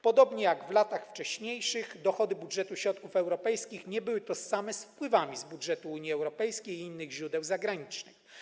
Podobnie jak w latach wcześniejszych dochody budżetu środków europejskich nie były tożsame z wpływami z budżetu Unii Europejskiej i innych źródeł zagranicznych.